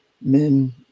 men